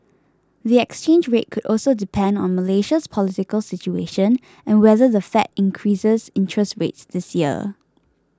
the exchange rate could also depend on Malaysia's political situation and whether the Fed increases interest rates this year